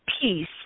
peace